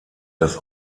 das